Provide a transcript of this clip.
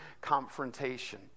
confrontation